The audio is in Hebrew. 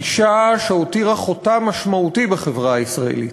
אישה שהותירה חותם משמעותי בחברה הישראלית,